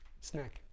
Snack